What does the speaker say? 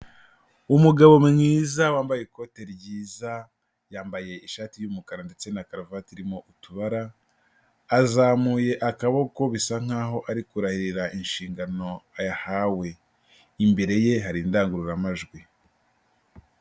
Umugabo mwiza wambaye ikote ryiza, yambaye ishati y'umukara ndetse na karovati irimo utubara, azamuye akaboko bisa nk'aho ari kurahirira inshingano yahawe, imbere ye hari indangururamajwi.